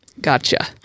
gotcha